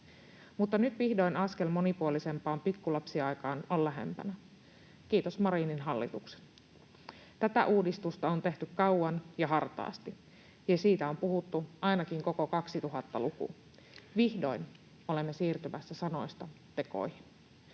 Mutta nyt vihdoin askel monipuolisempaan pikkulapsiaikaan on lähempänä, kiitos Marinin hallituksen. Tätä uudistusta on tehty kauan ja hartaasti, ja siitä on puhuttu ainakin koko 2000‑luku. Vihdoin olemme siirtymässä sanoista tekoihin.